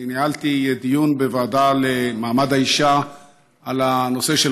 אני ניהלתי דיון בוועדה למעמד האישה על הנושא של